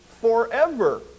forever